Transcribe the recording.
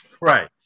right